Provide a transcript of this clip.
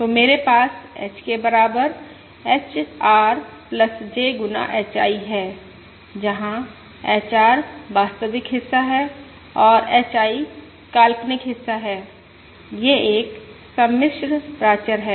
तो मेरे पास h के बराबर HR J गुना HI है जहां HR वास्तविक हिस्सा है और HI काल्पनिक हिस्सा है यह एक सम्मिश्र प्राचर है